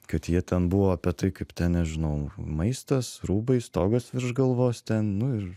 kad jie ten buvo apie tai kaip ten nežinau maistas rūbai stogas virš galvos ten nu ir